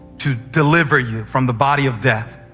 to deliver you from the body of death,